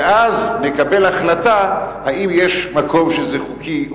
ואז נקבל החלטה אם יש מקום שזה חוקי,